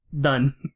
done